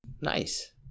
nice